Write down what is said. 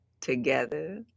together